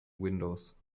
windows